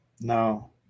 No